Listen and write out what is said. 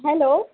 hello